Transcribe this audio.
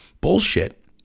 Bullshit